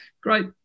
Great